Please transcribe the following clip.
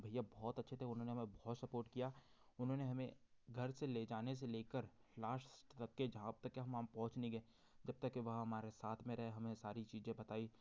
भैया बहुत अच्छे थे उन्होंने हमें बहुत सपोर्ट किया उन्होंने हमें घर से ले जाने से ले कर लास्ट तक के जहाँ तक के हम पहुंच नहीं गए जब तक के वह हमारे साथ में रहे हमें सारी चीज़ें बताई